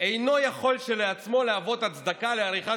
אינו יכול כשלעצמו להוות הצדקה לעריכת